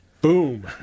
boom